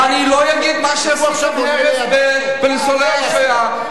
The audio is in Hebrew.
ואני לא אגיד שעשיתם הרס בניצולי השואה,